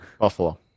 Buffalo